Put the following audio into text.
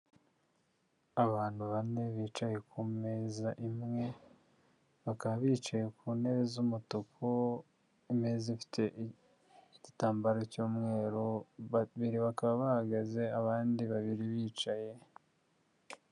Abantu bane bicaye ku meza imwe, bakaba bicaye ku ntebe z'umutuku, imeza ifite igitambaro cy'umweru, babiri bakaba bahagaze, abandi babiri bicaye.